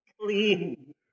clean